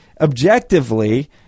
objectively